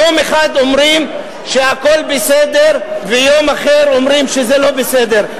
אומרים שהכול בסדר, ויום אחר אומרים שזה לא בסדר.